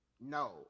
no